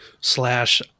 slash